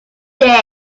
this